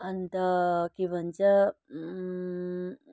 अन्त के भन्छ